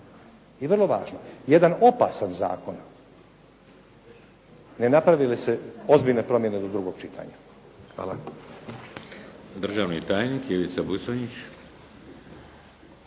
i vrlo važno. Jedan opasan zakon ne naprave li se ozbiljne promjene do drugog čitanja. Hvala.